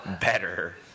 Better